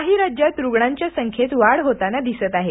काही राज्यात रुग्णांच्या संख्येत वाढ होताना दिसत आहे